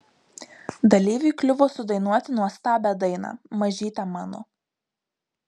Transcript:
dalyviui kliuvo sudainuoti nuostabią dainą mažyte mano